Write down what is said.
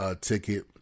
ticket